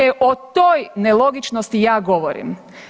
E o toj nelogičnosti ja govorim.